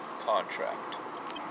contract